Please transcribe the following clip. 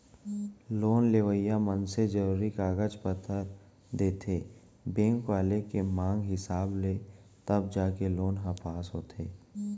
loan लेवइया मनसे जरुरी कागज पतर देथे बेंक वाले के मांग हिसाब ले तब जाके लोन ह पास होथे